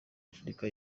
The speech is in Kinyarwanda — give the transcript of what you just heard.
africa